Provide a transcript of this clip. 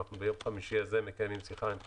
אנחנו ביום החמישי נקיים שיחה עם פרופ'